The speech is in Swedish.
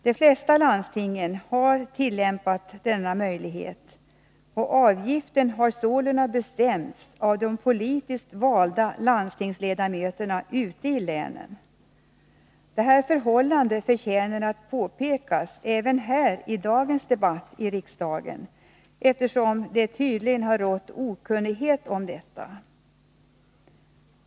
De flesta landsting har använt sig av denna möjlighet, och avgiften har alltså bestämts av de politiskt valda landstingsledamöterna ute i länen. Detta förhållande förtjänar att påpekas även i dagens debatt i riksdagen, eftersom det tydligen har rått okunnighet härom.